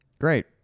Great